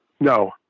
no